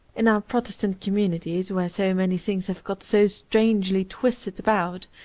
in our protestant communities, where so many things have got so strangely twisted about,